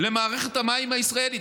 למערכת המים הישראלית,